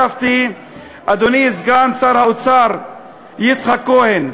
אדוני סגן שר האוצר יצחק כהן,